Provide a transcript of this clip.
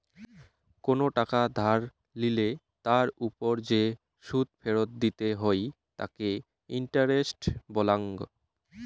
কোনো টাকা ধার লিলে তার ওপর যে সুদ ফেরত দিতে হই তাকে ইন্টারেস্ট বলাঙ্গ